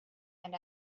and